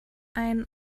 ein